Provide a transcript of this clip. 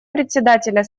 председателя